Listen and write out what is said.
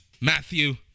Matthew